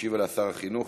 ישיב שר החינוך.